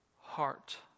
heart